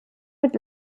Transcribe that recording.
mit